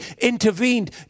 intervened